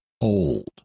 old